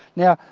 now,